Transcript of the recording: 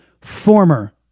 former